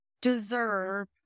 deserve